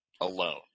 alone